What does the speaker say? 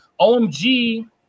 omg